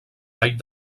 tall